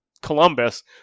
Columbus